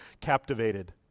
captivated